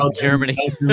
Germany